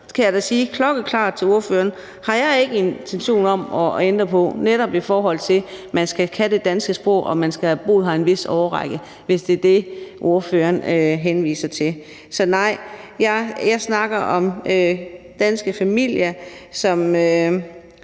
klokkeklart til ordføreren at jeg ikke har intentioner om at ændre på, netop i forhold til at man skal kunne det danske sprog og at man skal have boet her i en vis årrække, hvis det er det, ordføreren henviser til. Så nej, jeg snakker om danske familier, som